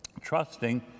trusting